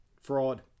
Fraud